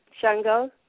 Shango